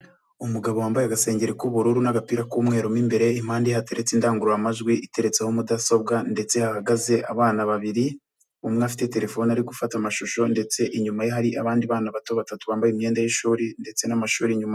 Umugabo wambaye agasengengeri k'ubururu n'agapira k'umweru mo imbere. Impande hateretse indangururamajwi iteretseho mudasobwa, ndetse ahahagaze abana babiri, umwe afite telefone ari gufata amashusho, ndetse inyuma ye hari abandi bana bato batatu bambaye imyenda y'ishuri ndetse n'amashuri inyuma...